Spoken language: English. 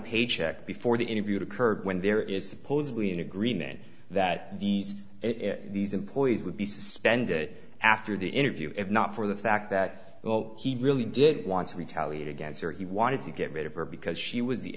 paycheck before the interview to occur when there is supposedly an agreement that these these employees would be suspended after the interview if not for the fact that well he really did want to retaliate against her he wanted to get rid of her because